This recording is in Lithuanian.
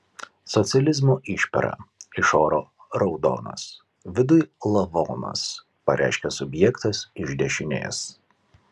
socializmo išpera iš oro raudonas viduj lavonas pareiškė subjektas iš dešinės